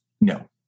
No